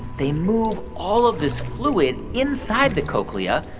they move all of this fluid inside the cochlea,